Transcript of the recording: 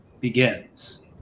begins